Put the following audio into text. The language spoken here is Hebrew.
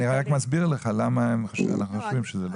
אני רק מסביר לך למה אנחנו חושבים שזה לא.